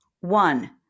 One